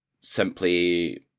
simply